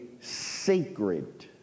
sacred